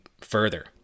further